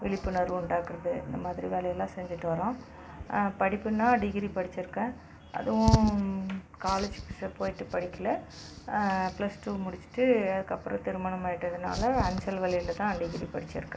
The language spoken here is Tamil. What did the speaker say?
விழிப்புணர்வு உண்டாக்குறது இந்தமாதிரி வேலைலாம் செஞ்சிட்டு வரோம் படிப்புனால் டிகிரி படிச்சிருக்கேன் அதுவும் காலேஜ் போய்ட்டு படிக்கலை பிளஸ் டூ முடிச்சிட்டு அதுக்கு அப்புறம் திருமணம் ஆயிட்டதுனால அஞ்சல் வழியிலதான் டிகிரி படிச்சிருக்கேன்